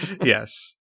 Yes